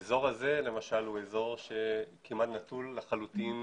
האזור הזה למשל הוא אזור שכמעט נטול לחלוטין